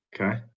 Okay